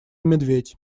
медведь